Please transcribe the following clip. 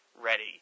ready